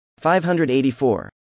584